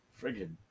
friggin